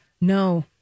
No